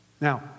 Now